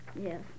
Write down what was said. Yes